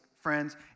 friends